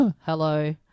Hello